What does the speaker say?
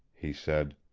he said.